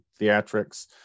Theatrics